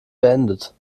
beendet